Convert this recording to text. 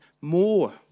more